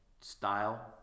Style